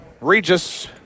Regis